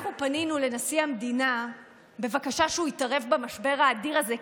אנחנו פנינו לנשיא המדינה בבקשה שהוא יתערב במשבר האדיר הזה,